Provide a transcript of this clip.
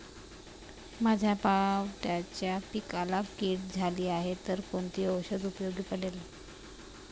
माझ्या पावट्याच्या पिकाला कीड झाली आहे तर कोणते औषध उपयोगी पडेल?